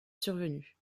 survenue